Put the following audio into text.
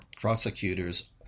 prosecutors